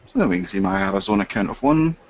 see my arizona count of one,